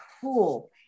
cool